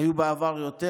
היו בעבר יותר,